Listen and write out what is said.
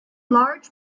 large